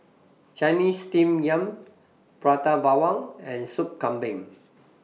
Chinese Steamed Yam Prata Bawang and Soup Kambing